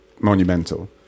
monumental